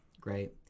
Great